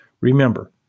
Remember